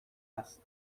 است